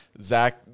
Zach